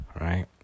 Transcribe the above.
right